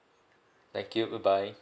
thank you bye bye